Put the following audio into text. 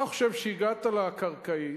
אתה חושב שהגעת לקרקעית,